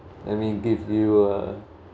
let me give you a